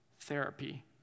therapy